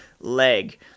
leg